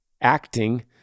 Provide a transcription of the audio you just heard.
acting